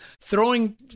throwing